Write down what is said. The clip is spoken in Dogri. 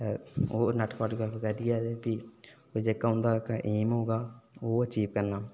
नेट कुआलीफाई करियै फ्ही जेह्का हुंदा एम होगा हो अचीव करना